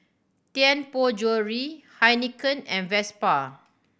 Tianpo Jewellery Heinekein and Vespa